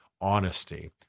honesty